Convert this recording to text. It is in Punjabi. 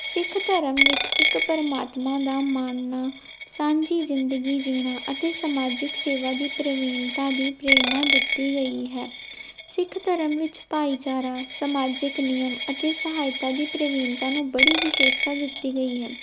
ਸਿੱਖ ਧਰਮ ਵਿੱਚ ਇੱਕ ਪ੍ਰਮਾਤਮਾ ਦਾ ਮਾਣਨਾ ਜਿੰਦਗੀ ਜੀਣਾ ਅਤੇ ਸਮਾਜਿਕ ਸੇਵਾ ਦੀ ਪ੍ਰਵੀਨਤਾ ਦੀ ਪ੍ਰੇਰਣਾ ਦਿੱਤੀ ਗਈ ਹੈ ਸਿੱਖ ਧਰਮ ਵਿੱਚ ਭਾਈਚਾਰਾ ਸਮਾਜਿਕ ਨਿਯਮ ਅਤੇ ਸਹਾਇਤਾ ਦੀ ਪ੍ਰਵੀਨਤਾ ਨੂੰ ਬੜੀ ਵਿਸ਼ੇਸ਼ਤਾ ਦਿੱਤੀ ਗਈ ਹੈ